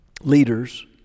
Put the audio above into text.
leaders